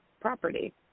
property